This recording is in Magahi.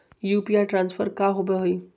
यू.पी.आई ट्रांसफर का होव हई?